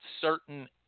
certain